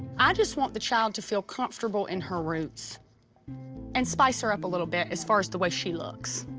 i just want the child to feel comfortable in her roots and spice her up a little bit as far as the way she looks.